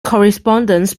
correspondents